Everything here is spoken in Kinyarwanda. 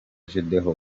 gedeon